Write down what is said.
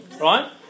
right